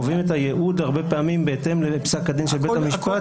קובעים את הייעוד הרבה פעמים בהתאם לפסק הדין של בית המשפט,